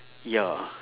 ya